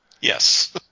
Yes